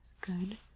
Good